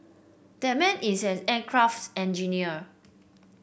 that man is an aircraft's engineer